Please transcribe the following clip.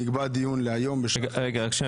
נקבע דיון להיום --- רק שנייה,